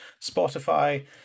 spotify